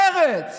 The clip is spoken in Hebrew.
מרצ.